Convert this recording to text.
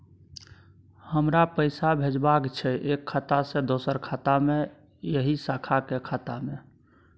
हमरा पैसा भेजबाक छै एक खाता से दोसर खाता मे एहि शाखा के खाता मे?